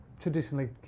Traditionally